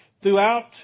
Throughout